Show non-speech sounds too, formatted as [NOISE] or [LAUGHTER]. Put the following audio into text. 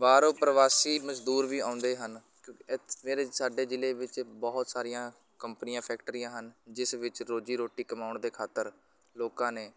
ਬਾਹਰੋਂ ਪ੍ਰਵਾਸੀ ਮਜ਼ਦੂਰ ਵੀ ਆਉਂਦੇ ਹਨ [UNINTELLIGIBLE] ਜਿਹੜੇ ਸਾਡੇ ਜ਼ਿਲ੍ਹੇ ਵਿੱਚ ਬਹੁਤ ਸਾਰੀਆਂ ਕੰਪਨੀਆਂ ਫੈਕਟਰੀਆਂ ਹਨ ਜਿਸ ਵਿੱਚ ਰੋਜ਼ੀ ਰੋਟੀ ਕਮਾਉਣ ਦੇ ਖਾਤਰ ਲੋਕਾਂ ਨੇ